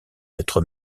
d’être